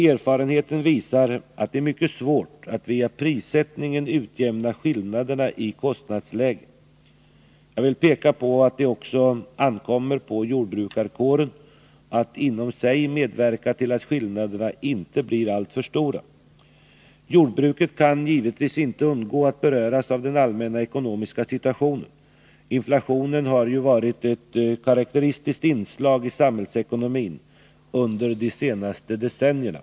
Erfarenheten visar att det är mycket svårt att via prissättningen utjämna skillnaderna i kostnadsläge. Jag vill peka på att det också ankommer på jordbrukarkåren att inom sig medverka till att skillnaderna inte blir alltför stora. Jordbruket kan givetvis inte undgå att beröras av den allmänna ekonomiska situationen. Inflationen har ju varit ett karakteristiskt inslag i samhällsekonomin under de senaste decennierna.